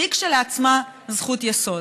שהיא כשלעצמה זכות יסוד.